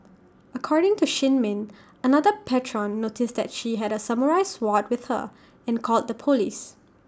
according to shin min another patron noticed that she had A samurai sword with her and called the Police